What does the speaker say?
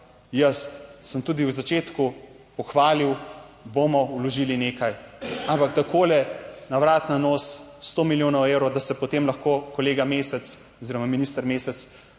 jaz sem tudi v začetku pohvalil, bomo vložili nekaj, ampak takole na vrat na nos sto milijonov evrov, da se potem lahko kolega Mesec oziroma minister Mesec